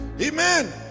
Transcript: Amen